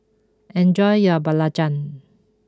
enjoy your Belacan